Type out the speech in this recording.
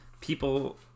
people